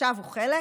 עכשיו הוא חלק,